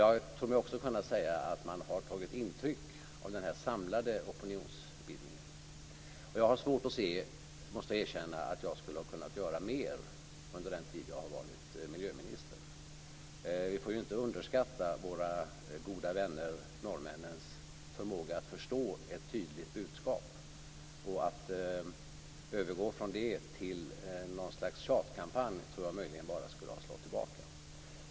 Jag tror mig också kunna säga att man har tagit intryck av denna samlade opinionsbildning. Jag har svårt att se, måste jag erkänna, att jag skulle kunnat göra mer under den tid jag har varit miljöminister. Vi får inte underskatta våra goda vänner norrmännens förmåga att förstå ett tydligt budskap. Att övergå från det till något slags tjatkampanj tror jag bara skulle slå tillbaka.